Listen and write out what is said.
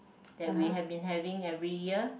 that we had been having every year